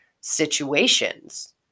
situations